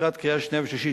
לקראת קריאה שנייה ושלישית,